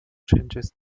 changes